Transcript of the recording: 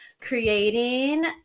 creating